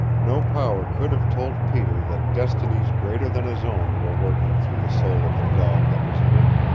no power could have told peter that destinies greater than his own were working through the soul of the dog that was in him,